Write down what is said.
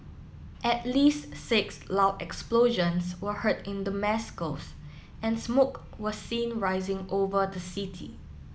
at least six loud explosions were heard in Damascus and smoke was seen rising over the city